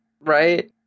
Right